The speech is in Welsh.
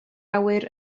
awyr